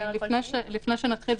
לפני שנתחיל,